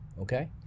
okay